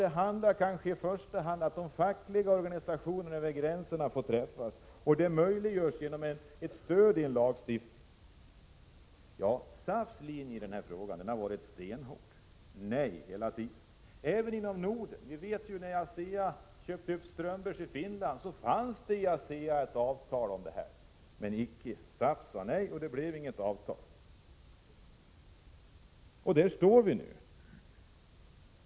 Det handlar kanske i första hand om att de fackliga organisationerna får träffas över gränserna, och detta möjliggörs genom stöd i lagstiftningen. SAF:s ståndpunkt i den här frågan har varit stenhård — man har sagt nej hela tiden — även i fråga om samarbete inom Norden. När ASEA köpte upp Strömbergs i Finland fanns det inom ASEA ett avtal om samverkan, men SAF sade nej, och det blev inget avtal. Där står vi nu.